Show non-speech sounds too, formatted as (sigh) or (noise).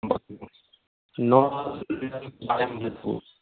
नल जल योजनाके बारेमे (unintelligible)